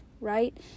right